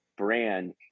brand